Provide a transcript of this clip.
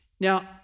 Now